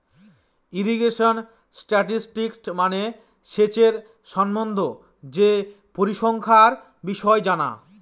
irrigation statistics মানে সেচের সম্বন্ধে যে পরিসংখ্যানের বিষয় জানা